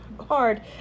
hard